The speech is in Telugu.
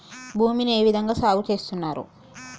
భూమిని ఏ విధంగా సాగు చేస్తున్నారు?